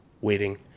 waiting